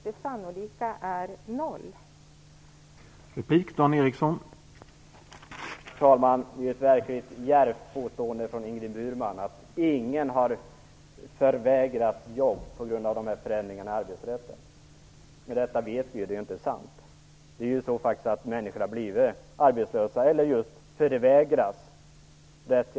Det sannolika är att den siffran är noll.